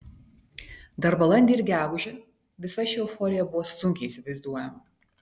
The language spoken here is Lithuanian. dar balandį ir gegužę visa ši euforija buvo sunkiai įsivaizduojama